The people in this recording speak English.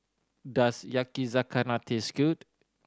does Yakizakana taste good